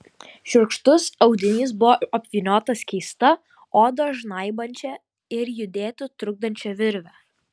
šiurkštus audinys buvo apvyniotas keista odą žnaibančia ir judėti trukdančia virve